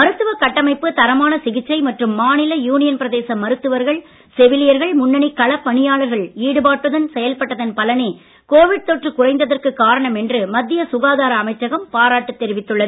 மருத்துவக் கட்டமைப்பு தரமான சிகிச்சை மற்றும் மாநில யூனியன் பிரதேச மருத்துவர்கள் செவிலியர்கள் முன்னணி களப் பணியாளர்கள் ஈடுபாட்டுடன் செயல்பட்டதன் பலனே கோவிட் தொற்று குறைந்ததற்கு காரணம் என்று மத்திய சுகாதார அமைச்சகம் பாராட்டு தெரிவித்துள்ளது